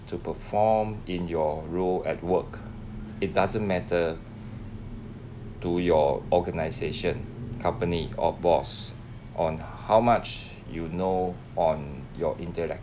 to perform in your role at work it doesn't matter to your organization company or boss on how much you know on your intellectual